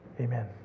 Amen